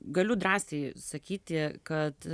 galiu drąsiai sakyti kad